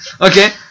okay